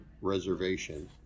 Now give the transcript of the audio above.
reservation